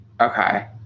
okay